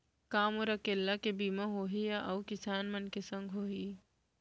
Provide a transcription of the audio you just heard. का मोर अकेल्ला के बीमा होही या अऊ किसान मन के संग होही?